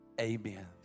amen